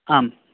आम्